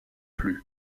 plus